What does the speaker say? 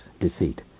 deceit